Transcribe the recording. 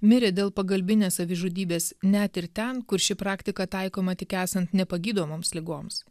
mirė dėl pagalbinės savižudybės net ir ten kur ši praktika taikoma tik esant nepagydomoms ligoms